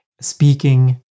speaking